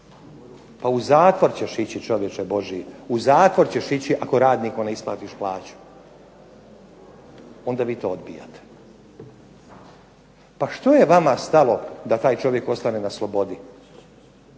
pa u zatvor ćeš ići čovječe božji, u zatvor ćeš ići ako radniku ne isplatiš plaću onda vi to odbijate. Pa što je vama stalo da taj čovjek ostane na slobodi?